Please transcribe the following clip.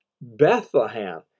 Bethlehem